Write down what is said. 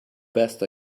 best